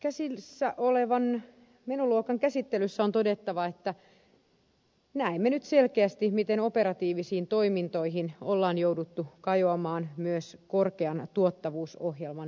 käsissä olevan menoluokan käsittelyssä on todettava että näemme nyt selkeästi miten operatiivisiin toimintoihin on jouduttu kajoamaan myös korkean tuottavuusohjelman nimissä